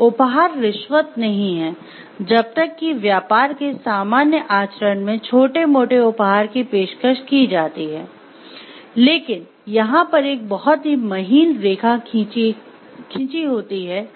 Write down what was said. उपहार रिश्वत नहीं हैं जब तक कि व्यापार के सामान्य आचरण में छोटे मोटे उपहार की पेशकश की जाती है लेकिन यहाँ पर एक बहुत ही महीन रेखा खिंची होती है